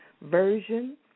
version